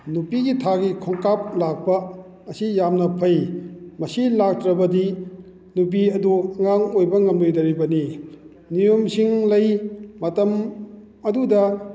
ꯅꯨꯄꯤꯒꯤ ꯊꯥꯒꯤ ꯈꯣꯡꯀꯥꯞ ꯂꯥꯛꯄ ꯑꯁꯤ ꯌꯥꯝꯅ ꯐꯩ ꯃꯁꯤ ꯂꯥꯛꯇ꯭ꯔꯕꯗꯤ ꯅꯨꯄꯤ ꯑꯗꯨ ꯑꯉꯥꯡ ꯑꯣꯏꯕ ꯉꯝꯃꯣꯏꯗꯧꯔꯤꯕꯅꯤ ꯅꯤꯌꯣꯝꯁꯤꯡ ꯂꯩ ꯃꯇꯝ ꯑꯗꯨꯗ